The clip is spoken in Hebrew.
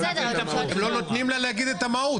אתם לא נותנים לה לומר את המהות,